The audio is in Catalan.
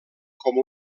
com